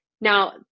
Now